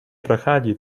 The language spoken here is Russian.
проходи